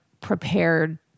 prepared